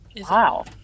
Wow